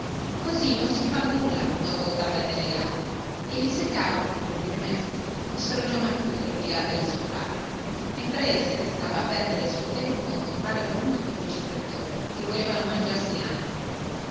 così non si fa nulla borbottava il delegato e gli seccava pure che le messi fossero già mature di là delle sue parti mentre ei se ne stava a perdere il suo tempo con compare bruno e col vice pretore che volevano mangiarsi lanima